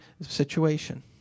situation